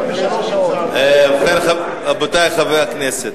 ובכן, רבותי חברי הכנסת,